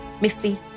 misty